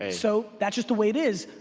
so, that's just the way it is.